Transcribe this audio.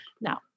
Now